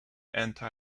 anti